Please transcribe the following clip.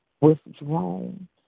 withdrawn